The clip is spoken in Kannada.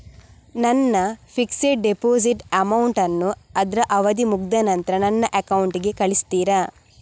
ನನ್ನ ಫಿಕ್ಸೆಡ್ ಡೆಪೋಸಿಟ್ ಅಮೌಂಟ್ ಅನ್ನು ಅದ್ರ ಅವಧಿ ಮುಗ್ದ ನಂತ್ರ ನನ್ನ ಅಕೌಂಟ್ ಗೆ ಕಳಿಸ್ತೀರಾ?